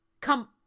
come